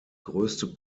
größte